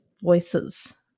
voices